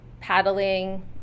paddling